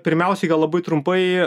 pirmiausiai gal labai trumpai